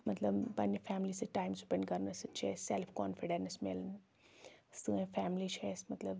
مطلب پَننہِ فیملی سۭتۍ ٹایم سپیٚنٛڈ کَرنہٕ سۭتۍ چھِ اسہِ سیٚلٕف کانفِڈیٚنٕس میلان سٲنۍ فیملی چھِ اسہِ مطلب